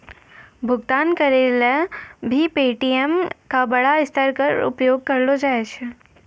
भुगतान करय ल भी पे.टी.एम का बड़ा स्तर पर उपयोग करलो जाय छै